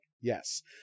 Yes